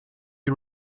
you